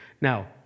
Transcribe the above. Now